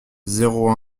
zéro